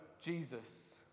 Jesus